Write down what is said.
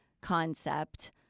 concept